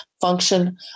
function